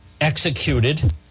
executed